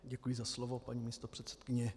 Děkuji za slovo, paní místopředsedkyně.